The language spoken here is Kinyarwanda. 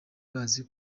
bazi